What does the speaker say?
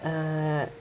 uh